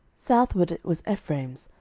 southward it was ephraim's,